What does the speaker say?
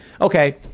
okay